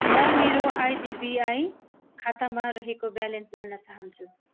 म मेरो आइडिबिआई खातामा रहेको ब्यालेन्स जान्न चाहन्छु